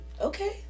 Okay